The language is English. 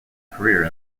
career